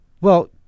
Well-